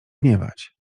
gniewać